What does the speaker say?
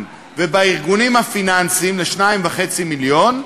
ובארגונים הפיננסיים ל-2.5 מיליון,